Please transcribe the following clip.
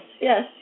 yes